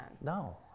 No